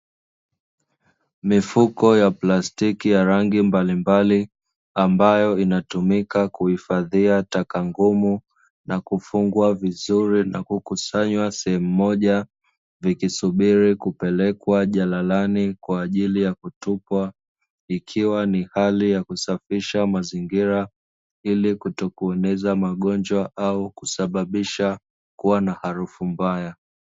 Mifuko ya plastiki ya rangi mbalimbali ambayo inatumika kuhifadhia taka ngumu na kufungwa vizuri na kukusanywa sehemu moja, vikisubiri kupelekwa jalalani kwa ajili ya kutupwa ikiwa ni hali ya kusafisha mazingira ili kutokuongeza magonjwa au kusababisha kuwa na harufu mbaya.